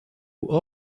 who